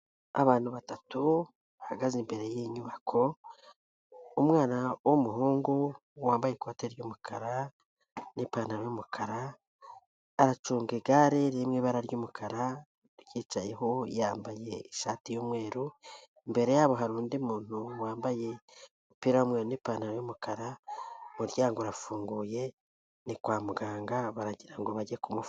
Abantu batatu bahagaze imbere y'inyubako, umwana w'umuhungu wambaye ikoti ry'umukara n'ipantaro y'umukara, aracunga igare riri mu ibara ry'umukara aryicayeho yambaye ishati y'umweru, imbere yabo hari undi muntu wambaye umupira w'umweru n'ipantaro y'umukara, umuryango urafunguye ni kwa muganga baragira ngo bajye kumuf...